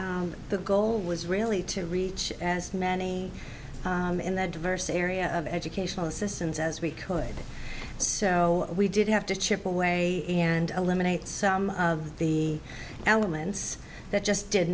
the goal was really to reach as many in that diverse area of educational assistance as we could so we did have to chip away and eliminate some of the elements that just did